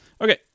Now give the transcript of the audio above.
Okay